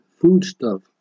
foodstuff